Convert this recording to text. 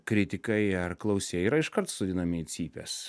kritikai ar klausėjai yra iškart sodinami į cypes